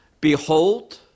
behold